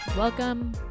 Welcome